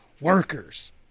workers